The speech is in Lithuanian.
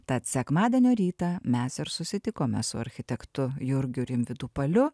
tad sekmadienio rytą mes ir susitikome su architektu jurgiu rimvydu paliu